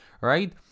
right